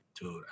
Dude